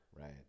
right